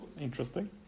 Interesting